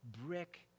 brick